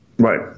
Right